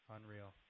Unreal